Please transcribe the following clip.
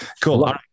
cool